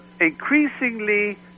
increasingly